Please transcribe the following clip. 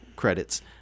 credits